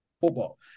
football